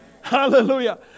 Hallelujah